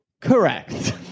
correct